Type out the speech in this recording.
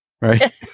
right